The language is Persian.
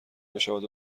بشود